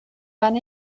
van